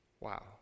Wow